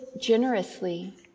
generously